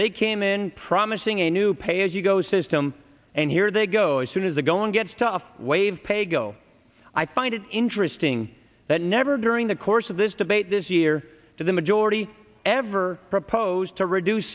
they came in promising a new pay as you go system and here they go as soon as the going gets tough wave pay go i find it interesting that never during the course of this debate this year to the majority ever propose to reduce